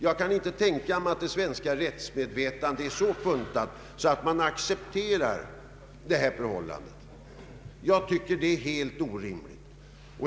Jag kan inte tänka mig att det svenska rättsmedvetandet är så funtat att det kan acceptera detta förhållande. Jag tycker att det är helt orimligt.